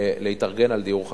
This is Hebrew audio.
להתארגן לדיור חלופי.